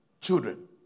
children